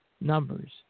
numbers